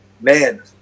Man